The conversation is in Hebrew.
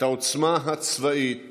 את העוצמה הצבאית